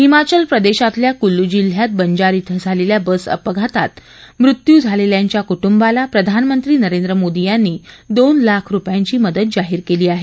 हिमाचल प्रदेशातल्या कुलू जिल्ह्यात बंजार इथं झालेल्या बस अपघातात मृत्यू झालेल्यांच्या कुटुंबाला प्रधानमंत्री नरेंद्र मोदी यांनी दोन लाख रुपयांची मदत जाहीर केली आहे